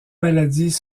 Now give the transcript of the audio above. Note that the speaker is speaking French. maladies